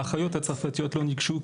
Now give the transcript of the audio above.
האחיות הצרפתיות לא ניגשו,